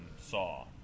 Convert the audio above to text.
Saw